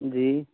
جی